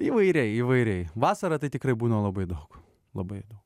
įvairiai įvairiai vasarą tai tikrai būna labai daug labai daug